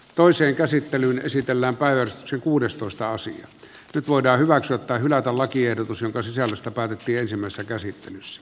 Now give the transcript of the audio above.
toiseen käsittelyyn esitellään päivän se kuudes toista asti nyt voidaan hyväksyä tai hylätä lakiehdotus jonka sisällöstä päätettiin ensimmäisessä käsittelyssä